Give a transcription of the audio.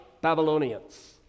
Babylonians